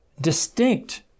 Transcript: distinct